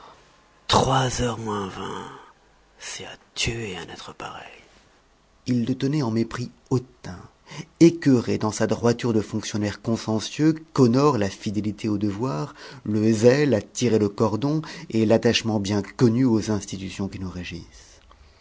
trois heures moins vingt c'est à tuer un être pareil il le tenait en mépris hautain écœuré dans sa droiture de fonctionnaire consciencieux qu'honorent la fidélité au devoir le zèle à tirer le cordon et l'attachement bien connu aux institutions qui nous régissent